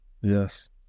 yes